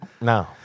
No